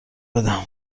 بدم